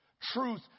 Truth